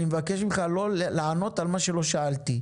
אני מבקש ממך לא לענות על מה שלא שאלתי.